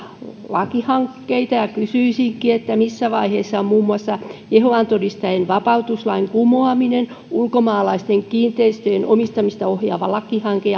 lakihankkeita ja kysyisinkin missä vaiheessa ovat muun muassa jehovan todistajien vapautuslain kumoaminen ulkomaalaisten kiinteistöjen omistamista ohjaava lakihanke